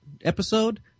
episode